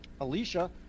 Alicia